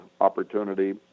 opportunity